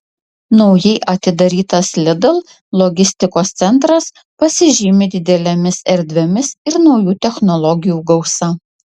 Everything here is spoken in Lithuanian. naujai atidarytas lidl logistikos centras pasižymi didelėmis erdvėmis ir naujų technologijų gausa